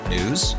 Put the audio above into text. News